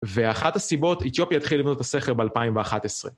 ואחת הסיבות אתיופיה התחילה לבנות את הסכר ב-2011.